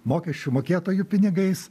mokesčių mokėtojų pinigais